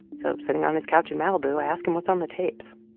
so sitting on his couch in malibu, i ask him what's on the tapes.